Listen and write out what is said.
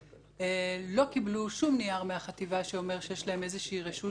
לא קיבלו שום נייר מהחטיבה שאומר שיש להם איזושהי רשות שם.